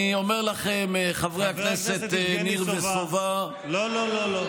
חבר הכנסת יבגני סובה, לא לא לא.